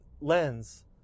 lens